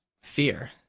fear